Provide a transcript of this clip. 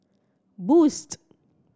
boost